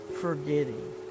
forgetting